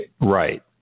right